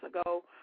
ago